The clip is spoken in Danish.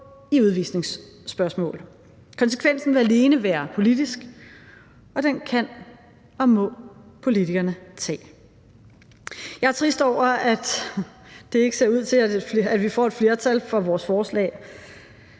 i udvisningsspørgsmål. Konsekvensen vil alene være politisk, og den kan og må politikerne tage. Kl. 15:30 Jeg er trist over, at det ikke ser ud til, at vi får et flertal for vores forslag